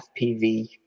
FPV